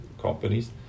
companies